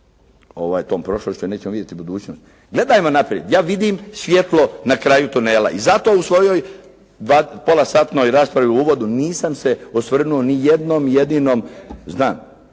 tom prošlošću, nećemo vidjeti budućnost. Gledajmo naprijed. Ja vidim svjetlo na kraju tunela i zato u svojoj pola satnoj raspravi u uvodu nisam se osvrnuo ni jednom jedinom, znam,